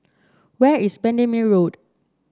where is Bendemeer Road